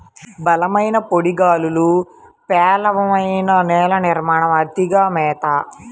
బలమైన పొడి గాలులు, పేలవమైన నేల నిర్మాణం, అతిగా మేత